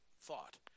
thought